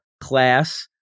class